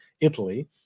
Italy